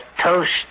toast